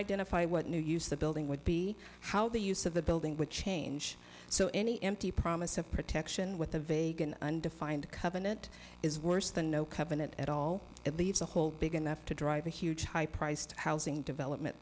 identify what new use the building would be how the use of the building would change so any empty promise of protection with the vague and undefined covenant is worse than no covenant at all it leaves a hole big enough to drive a huge high priced housing development